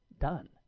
done